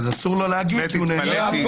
--- אז אסור לו להגיד כי הוא נאשם?